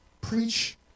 preach